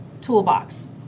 toolbox